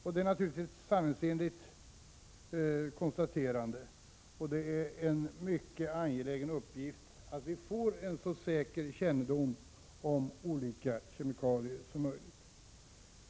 Detta är naturligtvis ett sanningsenligt konstaterande, och det är mycket angeläget att vi får en så säker kännedom om olika kemikalier som möjligt.